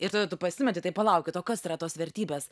ir tada tu pasimeti tai palaukit o kas yra tos vertybės